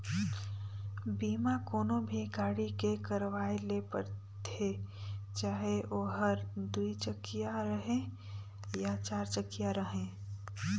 बीमा कोनो भी गाड़ी के करवाये ले परथे चाहे ओहर दुई चकिया रहें या चार चकिया रहें